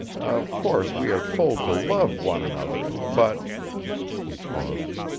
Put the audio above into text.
of course we are told to love one another, but he paused.